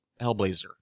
Hellblazer